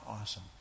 awesome